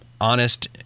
honest